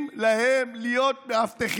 נותנים להיות מאבטחים?